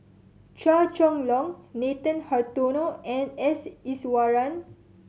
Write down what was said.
Chua Chong Long Nathan Hartono and S Iswaran